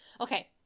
Okay